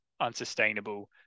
unsustainable